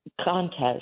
contest